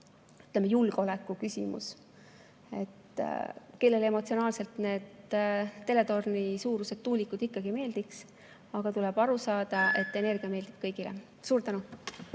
ütleme, julgeoleku küsimus. Kellele emotsionaalselt need teletornisuurused tuulikud ikkagi meeldiks, aga tuleb aru saada, et energia meeldib kõigile. Suur tänu!